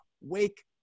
wake